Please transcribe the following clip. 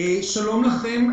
שלום לכם,